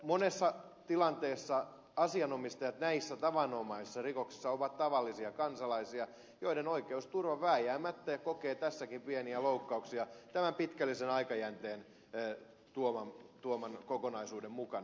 monessa tilanteessa asianomistajat näissä tavanomaisissa rikoksissa ovat tavallisia kansalaisia joiden oikeusturva vääjäämättä kokee tässäkin pieniä loukkauksia tämän pitkällisen aikajänteen tuoman kokonaisuuden mukana